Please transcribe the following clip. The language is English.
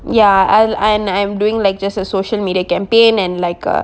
ya I'll I'm I'm doing like just a social media campaign and like a